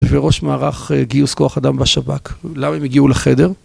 וראש מערך גיוס כוח אדם בשב"כ, למה הם הגיעו לחדר?